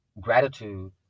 gratitude